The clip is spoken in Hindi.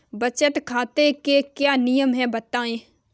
बचत खाते के क्या नियम हैं बताएँ?